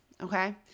Okay